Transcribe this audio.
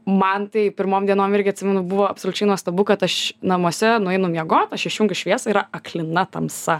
man tai pirmom dienom irgi atsimenu buvo absoliučiai nuostabu kad aš namuose nueinu miegot aš išjungiu šviesą yra aklina tamsa